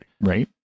Right